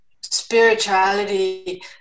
spirituality